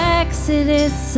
exodus